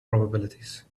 probabilities